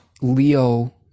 Leo